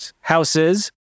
houses